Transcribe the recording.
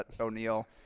O'Neal